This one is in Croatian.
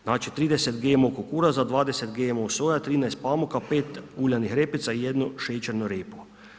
Znači 30 GMO kukuruza, 20 GMO soja, 13 pamuka, 5 uljanih repica i 1 šećernu repu.